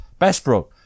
Bestbrook